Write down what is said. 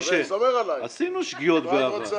משה, עשינו שגיאות בעבר.